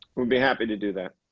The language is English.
we'd be happy to do that.